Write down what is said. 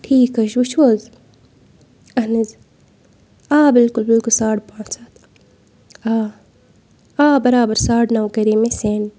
ٹھیٖک حظ چھِ وُچھو حظ اہن حظ آ بِلکُل بِلکُل ساڑٕ پانٛژھ ہَتھ آ برابر ساڑٕ نَو کَرے مےٚ سینٛڈ